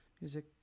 Music